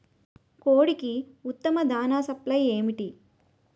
కోడికి ఉత్తమ దాణ సప్లై ఏమిటి?